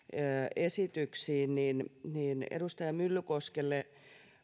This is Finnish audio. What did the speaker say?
esityksiin edustaja myllykoskelle